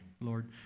Lord